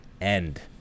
end